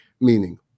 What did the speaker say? Meaning